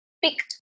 picked